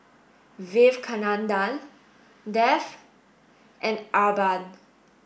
Vivekananda Dev and Arnab